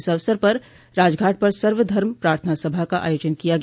इस अवसर पर राजघाट पर सर्व धर्म प्रार्थना सभा का आयोजन किया गया